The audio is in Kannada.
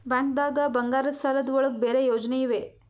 ಬ್ಯಾಂಕ್ದಾಗ ಬಂಗಾರದ್ ಸಾಲದ್ ಒಳಗ್ ಬೇರೆ ಯೋಜನೆ ಇವೆ?